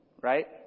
right